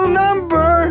number